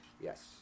Yes